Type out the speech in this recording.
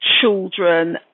children